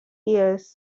years